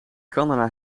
canada